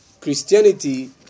christianity